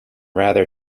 rather